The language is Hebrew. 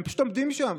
הם פשוט עומדים שם